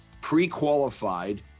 pre-qualified